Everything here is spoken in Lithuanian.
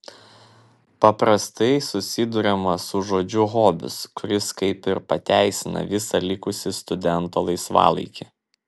paprastai susiduriama su žodžiu hobis kuris kaip ir pateisina visą likusį studento laisvalaikį